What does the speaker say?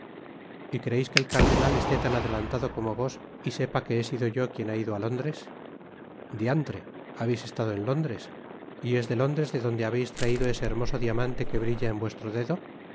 y creeis que el cardenal esté tan adelantado como vos y sepa que he sido yo quien ha ido á lóndres diantre habeis estado en lóndres y es de lóndres de donde habeis traido ese hermoso diamante que brilla en vuestro dedo